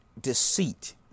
Deceit